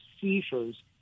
seizures